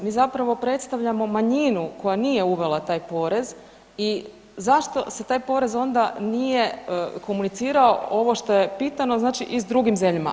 Mi zapravo predstavljamo manjinu koja nije uvela taj porez i zašto se taj porez onda nije komunicirao ovo što je pitano i s drugim zemljama?